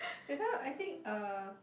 that time I think uh